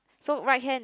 so right hand